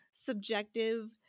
subjective